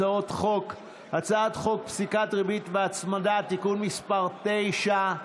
הצעת חוק פסיקת ריבית והצמדה (תיקון מס' 9),